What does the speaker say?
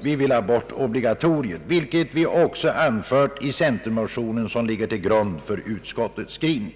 Vi vill alltså ha bort obligatoriet, vilket vi också anfört i den centermotion som ligger till grund för utskottets skrivning.